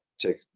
take